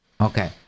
Okay